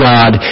God